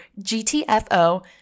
GTFO